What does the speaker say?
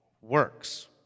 works